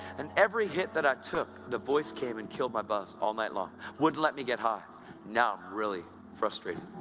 and every hit that i took, the voice came and killed my buzz, all night long. he wouldn't let me get high now, really frustrating!